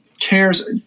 cares